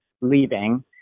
leaving